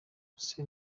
ubuse